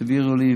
תעבירו לי,